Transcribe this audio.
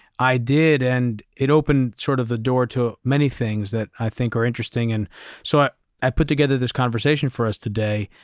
i did and it opened sort of the door to many things that i think are interesting. and so i i put together this conversation for us today,